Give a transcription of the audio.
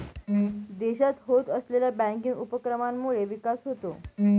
देशात होत असलेल्या बँकिंग उपक्रमांमुळे विकास होतो